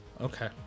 Okay